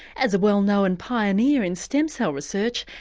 as a well known pioneer in stem cell research,